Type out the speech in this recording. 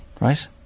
right